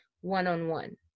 one-on-one